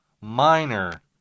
minor